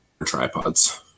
tripods